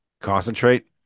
concentrate